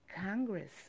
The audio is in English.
Congress